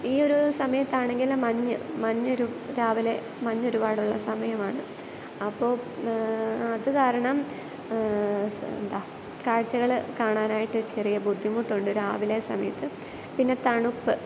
ഈയൊരു സമയത്താണെങ്കിൽ മഞ്ഞ് മഞ്ഞ് ഒരു രാവിലെ മഞ്ഞ് ഒരുപാടുള്ള സമയമാണ് അപ്പോൾ അത് കാരണം എന്താ കാഴ്ചകൾ കാണാനായിട്ട് ചെറിയ ബുദ്ധിമുട്ടുണ്ട് രാവിലെ സമയത്ത് പിന്നെ തണുപ്പ്